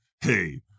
hey